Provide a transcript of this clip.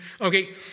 Okay